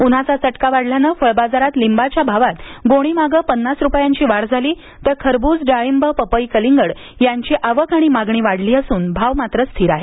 उन्हाचा चटका वाढल्यानं फळ बाजारात लिंबाच्या भावात गोणी मागे पन्नास रुपयांची वाढ झाली तर खरब्रज डाळिंब पपई कलिंगड यांची आवक आणि मागणी वाढली असून भाव मात्र स्थिर आहेत